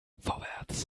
vorwärts